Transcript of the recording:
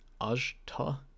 Ajta